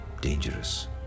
dangerous